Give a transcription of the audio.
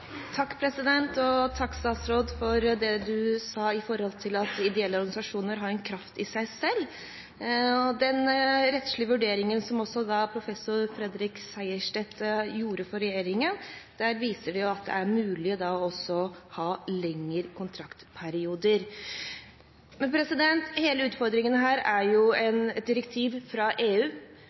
Takk til statsråden for det hun sa om at ideelle organisasjoner «har en plass i kraft av seg selv». Den rettslige vurderingen som professor Fredrik Sejersted gjorde for regjeringen, viser at det er mulig å ha lengre kontraktsperioder. Hele utfordringen her er et direktiv fra EU,